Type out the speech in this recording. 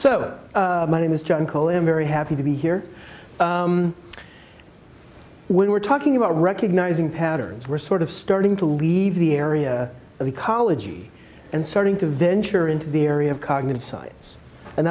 so my name is john call him very happy to be here when we're talking about recognizing patterns we're sort of starting to leave the area of ecology and starting to venture into the area of cognitive science and